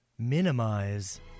Minimize